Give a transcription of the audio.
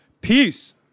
Peace